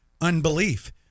Unbelief